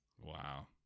Wow